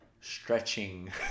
stretching